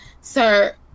Sir